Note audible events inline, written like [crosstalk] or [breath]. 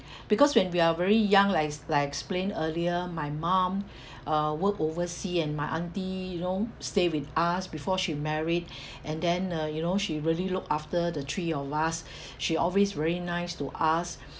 [breath] because when we are very young likes like I explain earlier my mum [breath] uh work oversea and my auntie you know stay with us before she married [breath] and then uh you know she really looked after the three of us [breath] she always very nice to us [breath]